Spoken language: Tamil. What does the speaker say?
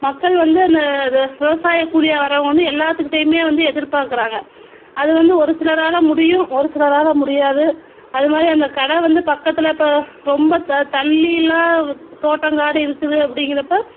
மக்கள் வந்து அந்த அது விவசாய கூலியாக வரவங்க வந்து எல்லாத்துக்கிட்டையுமே வந்து எதிர்பார்க்குறாங்க அது வந்து ஒரு சிலரால் முடியும் ஒரு சிலரால் முடியாது அதுமாதிரி அந்த கடை வந்து பக்கத்தில் இப்போ ரொம்ப த தள்ளியெலாம் தோட்டம் காடு இருக்குது அப்படிங்கிறப்ப